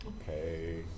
Okay